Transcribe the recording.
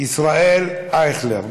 ישראל אייכלר.